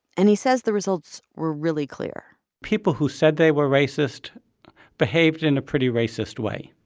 and he says the results were really clear people who said they were racist behaved in a pretty racist way.